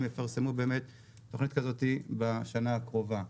הם יפרסמו באמת תוכנית כזאת בשנה הקרובה.